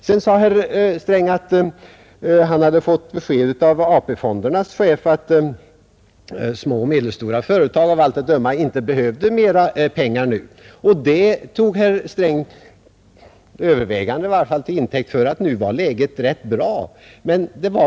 Herr Sträng sade vidare att han fått besked av AP-fondernas chef att små och medelstora företag av allt att döma inte behövde mera pengar nu. Det tog herr Sträng till intäkt för ett konstaterande att läget nu var rätt bra.